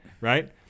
right